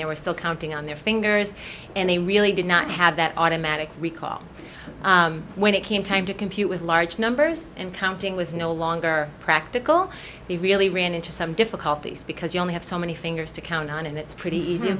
they were still counting on their fingers and they really did not have that automatic recall when it came time to compute with large numbers and counting was no longer practical they really ran into some difficulties because you only have so many fingers to count on and it's pretty easy to